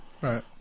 Right